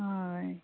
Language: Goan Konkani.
हय